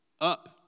up